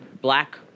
black